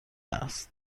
است